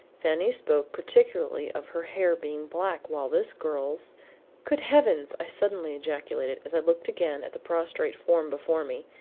fanny spoke particularly of her hair being black, while this girl's good heavens! i suddenly ejaculated as i looked again at the prostrate form before me.